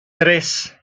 tres